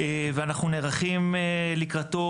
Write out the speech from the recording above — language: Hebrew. ואנחנו נערכים לקראתו,